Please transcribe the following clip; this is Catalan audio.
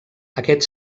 aquest